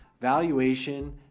valuation